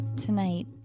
tonight